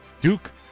Duke